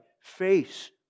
face